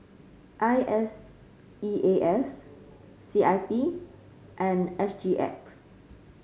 I S E A S C I P and S G X